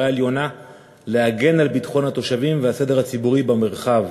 עליונה להגן על ביטחון התושבים ועל הסדר הציבורי במרחב.